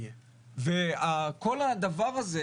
וכל הדבר הזה,